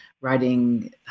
writing